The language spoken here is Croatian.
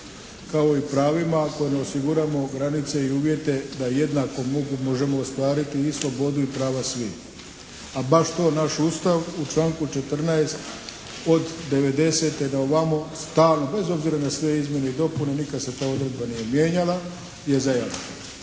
kao i pravima ako ne osiguramo granice i uvjete da jednako možemo ostvariti i slobodu i prava svih. A baš to naš Ustav u članku 14. od 1990. naovamo stalno bez obzira na sve izmjene i dopune nikad se ta odredba nije mijenjala, je zajamčen.